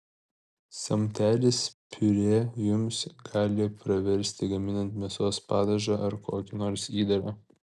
samtelis piurė jums gali praversti gaminant mėsos padažą ar kokį nors įdarą